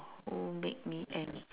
who make me ang~